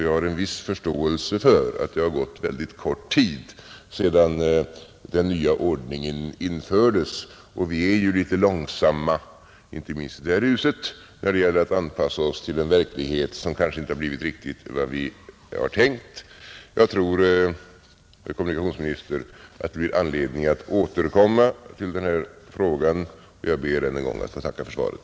Jag har en viss förståelse för att det har gått en mycket kort tid sedan den nya ordningen infördes, och vi är ju litet långsamma — inte minst i det här huset — när det gäller att anpassa oss till en verklighet som kanske inte har blivit riktigt vad vi hade tänkt. Jag tror, herr kommunikationsminister, att det blir anledning att återkomma till denna fråga, och jag ber ännu en gång att få tacka för svaret.